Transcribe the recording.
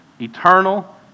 eternal